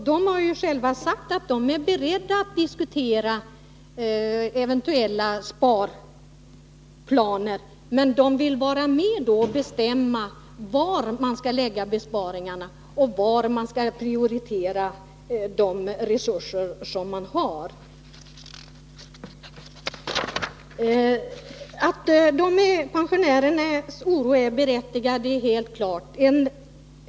De har själva sagt att de är beredda att diskutera eventuella sparplaner, men de vill vara med och bestämma var man skall lägga besparingarna och vad som skall prioriteras med de resurser som finns. Att pensionärernas oro är berättigad är helt klart.